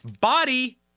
body